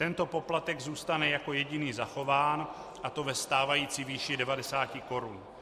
Tento poplatek zůstane jako jediný zachován, a to ve stávající výši 90 korun.